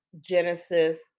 Genesis